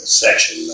section